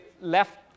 left